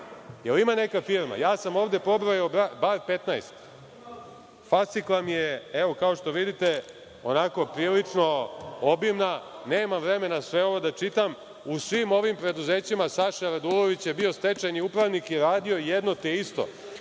Jel ima neka firma? Ja sam ovde pobrojao bar 15. Fascikla mi je, evo kao što vidite, onako prilično obimna. Nemam vremena sve ovo da čitam, u svim ovim preduzećima Saša Radulović je bio stečajni upravnik i radio jedno te isto